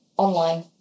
online